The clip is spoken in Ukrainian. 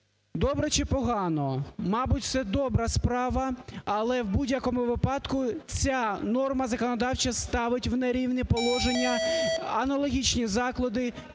Добре чи погано? Мабуть, це добра справа, але в будь-якому випадку ця норма законодавча ставить в нерівне положення аналогічні заклади